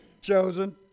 chosen